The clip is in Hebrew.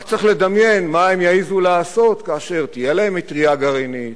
רק צריך לדמיין מה הם יעזו לעשות כאשר תהיה להם מטרייה גרעינית,